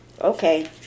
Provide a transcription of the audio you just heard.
okay